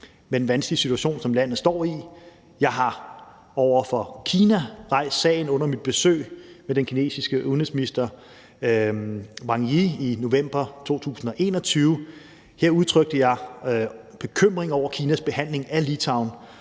med den vanskelige situation, som landet står i. Jeg har over for Kina rejst sagen, og under besøget af den kinesiske udenrigsminister, Wang Yi, i november 2021 udtrykte jeg bekymring over Kinas behandling af Litauen.